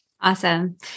Awesome